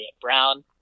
brown